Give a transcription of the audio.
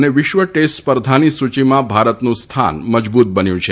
અને વિશ્વ ટેસ્ટ સ્પર્ધાની સૂચિમાં ભારતનું સ્થાન મજબૂત બન્યું છે